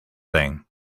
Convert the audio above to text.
thing